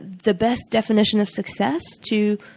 the best definition of success to